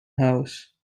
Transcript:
house